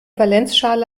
valenzschale